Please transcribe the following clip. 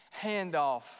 handoff